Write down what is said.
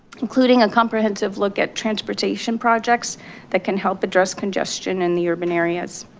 including a comprehensive look at transportation projects that can help address congestion in the urban areas.